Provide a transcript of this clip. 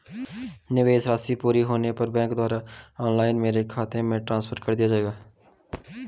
निवेश राशि पूरी होने पर बैंक द्वारा ऑनलाइन मेरे खाते में ट्रांसफर कर दिया जाएगा?